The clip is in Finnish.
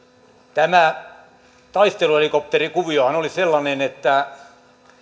tämä taisteluhelikopterikuviohan oli sellainen että